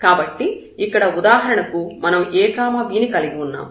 కాబట్టి ఇక్కడ ఉదాహరణకు మనం a b ని కలిగి ఉన్నాము